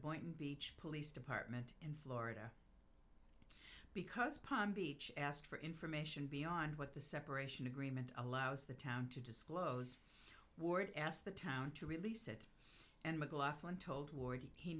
boynton beach police department in florida because palm beach asked for information beyond what the separation agreement allows the town to disclose ward asked the town to release it and